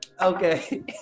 okay